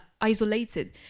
isolated